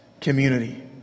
community